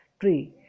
tree